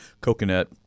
coconut